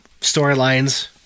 storylines